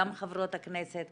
גם חברות הכנסת,